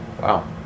wow